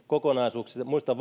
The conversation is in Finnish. kokonaisuuksista muistan